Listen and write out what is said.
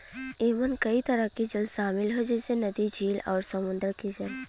एमन कई तरह के जल शामिल हौ जइसे नदी, झील आउर समुंदर के जल